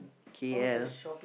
K_L